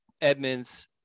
Edmonds